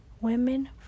Women